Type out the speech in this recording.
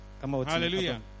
hallelujah